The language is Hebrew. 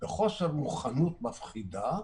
בחוסר מוכנות מפחידה,